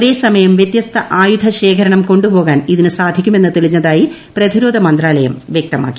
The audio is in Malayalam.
ഒരേ സമയം വ്യത്യസ്ത ആയുധ ശേഖരണം കൊണ്ടുപോകാൻ ഇതിന് സാധിക്കുമെന്ന് തെളിഞ്ഞതായി പ്രതിരോധ മന്ത്രാലയം വ്യക്തമാക്കി